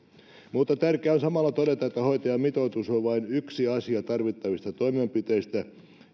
asiaa tärkeää on samalla todeta että hoitajamitoitus on vain yksi asia niistä tarvittavista toimenpiteistä